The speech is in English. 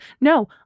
No